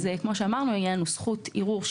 כמו שאמרנו תהיה לנו זכות ערעור,